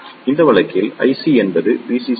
இந்த வழக்கில் IC என்பது RL